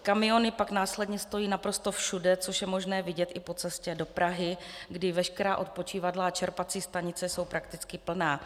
Kamiony pak následně stojí naprosto všude, což je možné vidět i po cestě do Prahy, kdy veškerá odpočívadla a čerpací stanice jsou prakticky plná.